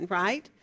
right